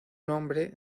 nombre